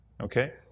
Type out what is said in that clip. Okay